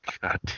God